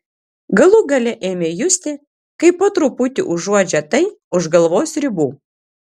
galų gale ėmė justi kaip po truputį užuodžia tai už galvos ribų